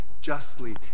justly